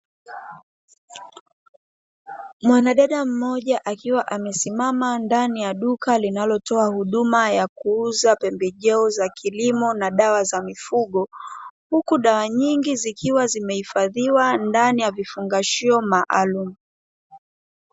Mwanadada mmoja akiwa amesimama ndani ya duka linalotoa huduma ya kuuza pembejeo za kilimo na dawa za mifugo, huku dawa nyingi zikiwa zimehifadhiwa ndani ya vifungashio maalumu.